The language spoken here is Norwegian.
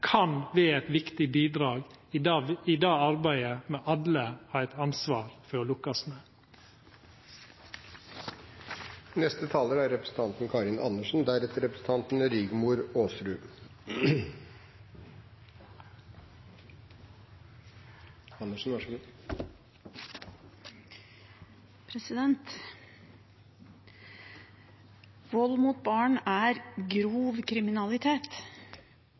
kan vera eit viktig bidrag i det arbeidet som me alle har eit ansvar for å lukkast med. Vold mot barn er